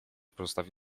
pozostawi